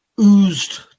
oozed